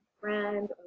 friend